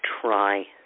try